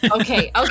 okay